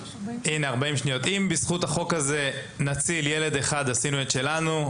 אם בזכות החוק הזה נציל ילד אחד, עשינו את שלנו.